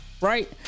right